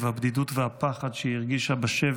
הבדידות והפחד שהיא הרגישה בשבי,